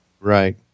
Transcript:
Right